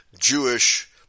Jewish